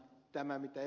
tähän mitä ed